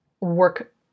work